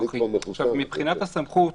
מבחינת הסמכות,